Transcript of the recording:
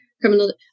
criminal